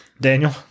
Daniel